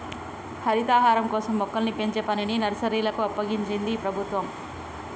హరితహారం కోసం మొక్కల్ని పెంచే పనిని నర్సరీలకు అప్పగించింది ప్రభుత్వం